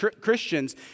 Christians